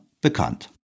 bekannt